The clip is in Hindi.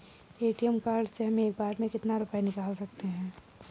ए.टी.एम कार्ड से हम एक बार में कितना रुपया निकाल सकते हैं?